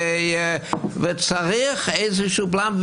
וצריך איזשהו בלם.